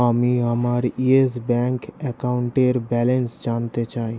আমি আমার Yes bank অ্যাকাউন্টের ব্যালেন্স জানতে চাই